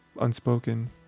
unspoken